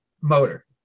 motor